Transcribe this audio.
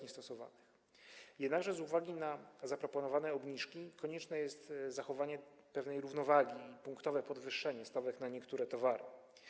Jednakże z uwagi na zaproponowane obniżki konieczne jest zachowanie pewnej równowagi i punktowe podwyższenie stawek na niektóre towary.